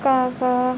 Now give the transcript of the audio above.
کعبہ